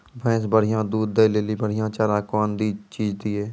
भैंस बढ़िया दूध दऽ ले ली बढ़िया चार कौन चीज दिए?